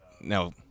now